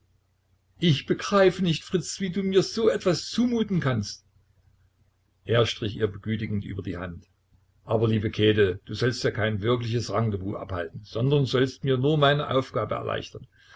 ich begreife nicht fritz wie du mir so etwas zumuten kannst er strich ihr begütigend über die hand aber liebe käthe du sollst ja kein wirkliches rendezvous abhalten sondern sollst mir nur meine aufgabe erleichtern